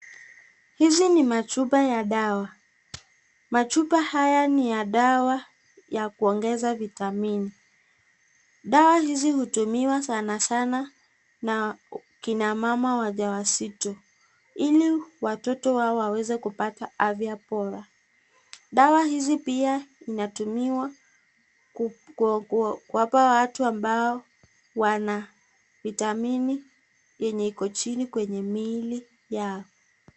Hizi ni machupa ya dawa. Machupa haya ni ya dawa ya kuongeza vitamin. Dawa hizi kutumiwa sana sana na kina mama wajawazito, ili watoto wao waweze kupata afya bora. Dawa hizi pia zinatumiwa kuwapa watu ambao wana vitamini, yenye iko chini kwenye miili yao.